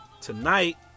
tonight